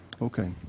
Okay